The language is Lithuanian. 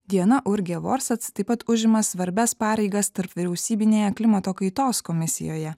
diana urgė vorsats taip pat užima svarbias pareigas tarpvyriausybinėje klimato kaitos komisijoje